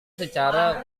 secara